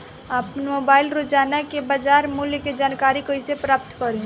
आपन मोबाइल रोजना के बाजार मुल्य के जानकारी कइसे प्राप्त करी?